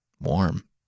Warm